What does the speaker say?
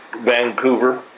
Vancouver